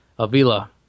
Avila